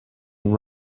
and